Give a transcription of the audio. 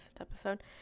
episode